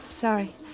sorry